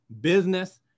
business